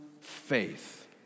faith